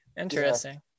Interesting